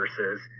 versus